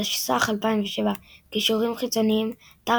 תשס"ח 2007 קישורים חיצוניים אתר